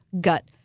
gut